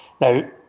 Now